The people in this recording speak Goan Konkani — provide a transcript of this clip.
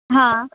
हां